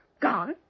Gone